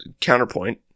counterpoint